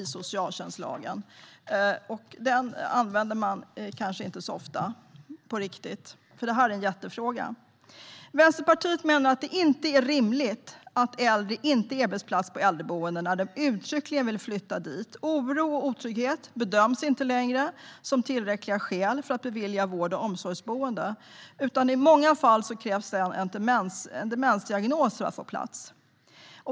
Den lagen används inte så ofta på riktigt. Det här är en jättefråga. Vänsterpartiet menar att det inte är rimligt att äldre inte erbjuds plats på äldreboenden när de uttryckligen vill flytta dit. Oro och otrygghet bedöms inte längre som tillräckliga skäl för att bevilja vård och omsorgsboende. I många fall krävs en demensdiagnos för att få plats.